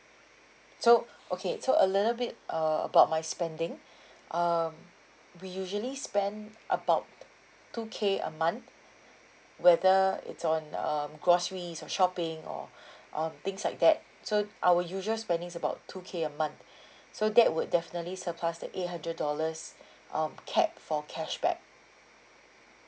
so okay so a little bit err about my spending um we usually spend about two K a month whether it's on um groceries or shopping or um things like that so our usual spending is about two K a month so that would definitely surplus the eight hundred dollars um cap for cashback